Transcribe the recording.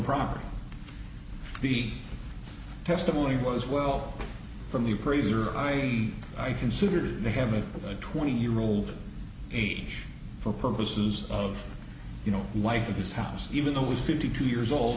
property the testimony was well from the appraiser i e i consider that they have a twenty year old age for purposes of you know life in his house even though he's fifty two years old